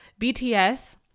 BTS